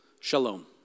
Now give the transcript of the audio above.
shalom